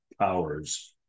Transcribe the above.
powers